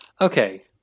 Okay